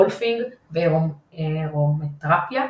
רולפינג וארומתרפיה,